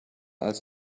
als